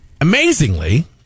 amazingly